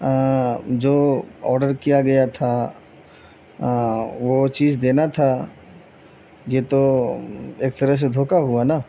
جو آڈر کیا گیا تھا وہ چیز دینا تھا یہ تو ایک طرح سے دھوکا ہوا نا